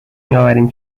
میآوریم